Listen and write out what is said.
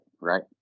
right